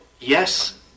Yes